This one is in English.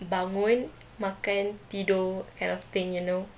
bangun makan tidur kind of thing you know